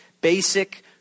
Basic